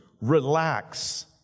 Relax